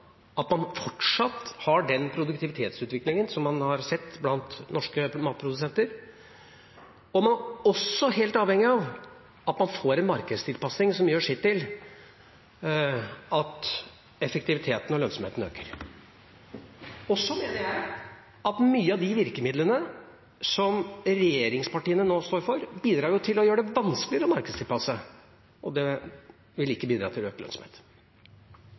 at man fortsatt har den produktivitetsutviklingen som man har sett blant norske matprodusenter. Man er også helt avhengig av at man får en markedstilpasning som gjør sitt til at effektiviteten og lønnsomheten øker. Og så mener jeg at mange av de virkemidlene som regjeringspartiene nå står for, bidrar til å gjøre det vanskeligere å markedstilpasse. Det vil ikke bidra til